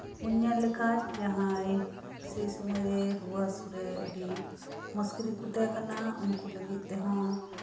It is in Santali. ᱵᱚᱱ ᱧᱮᱞ ᱞᱮᱠᱷᱟᱱ ᱡᱟᱦᱟᱸᱭ ᱥᱮᱭ ᱥᱚᱢᱚᱭᱨᱮ ᱨᱩᱣᱟᱹ ᱦᱟᱹᱥᱩ ᱨᱮ ᱟᱹᱰᱤ ᱢᱩᱥᱠᱤᱞ ᱨᱮᱠᱚ ᱛᱟᱦᱮᱸ ᱠᱟᱱᱟ ᱩᱱᱠᱩ ᱞᱟᱹᱜᱤᱫ ᱛᱮᱦᱚᱸ